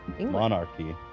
monarchy